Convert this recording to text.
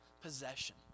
possession